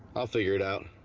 i'll figure it out